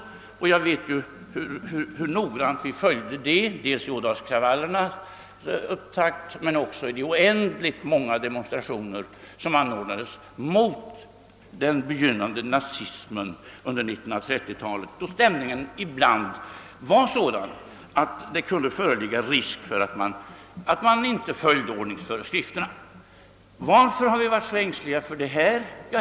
Jag vet hur noggrant vi följde dessa principer, dels vid ådalskravallernas upptakt, dels under de oändligt många demonstrationer som anordnades mot den begynnande nazismen under 1930-talet, då stämningen ibland var sådan att det kunde föreligga risk för att ordningsföreskrifterna inte följdes. Varför har vi varit så angelägna om detta?